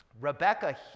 Rebecca